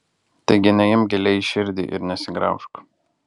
taigi neimk giliai į širdį ir nesigraužk